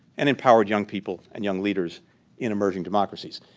and empowered young people and young leaders in emerging democracies.